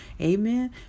Amen